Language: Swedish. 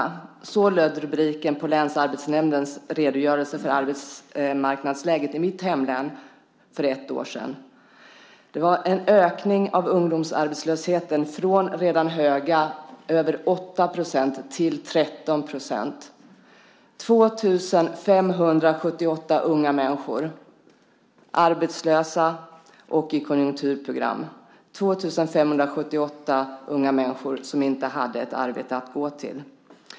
Det var innebörden av rubriken på länsarbetsnämndens redogörelse för arbetsmarknadsläget i mitt hemlän för ett år sedan. Det var en ökning av ungdomsarbetslösheten från redan höga över 8 % till 13 %. 2 578 unga människor var arbetslösa och i konjunkturprogram. Det var 2 578 unga människor som inte hade ett arbete att gå till.